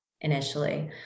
initially